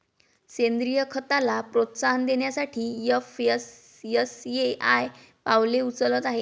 सेंद्रीय खताला प्रोत्साहन देण्यासाठी एफ.एस.एस.ए.आय पावले उचलत आहे